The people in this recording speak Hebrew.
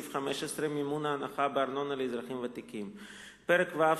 סעיף 15 (מימון ההנחה בארנונה לאזרחים ותיקים); פרק ו',